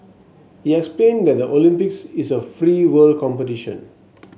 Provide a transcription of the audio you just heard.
he explain that the Olympics is a free world competition